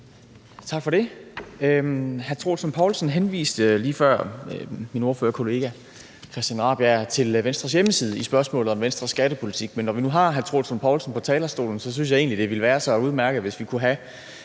Tak for det.